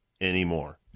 anymore